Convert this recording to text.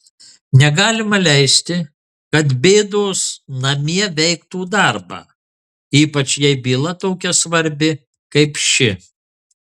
negalima leisti kad bėdos namie veiktų darbą ypač jei byla tokia svarbi kaip ši